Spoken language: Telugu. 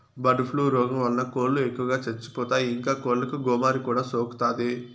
బర్డ్ ఫ్లూ రోగం వలన కోళ్ళు ఎక్కువగా చచ్చిపోతాయి, ఇంకా కోళ్ళకు గోమారి కూడా సోకుతాది